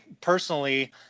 personally